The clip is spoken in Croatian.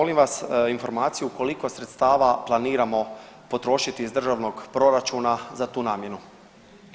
Molim vas informaciju koliko sredstava planiramo potrošiti iz državnog proračuna za tu namjenu?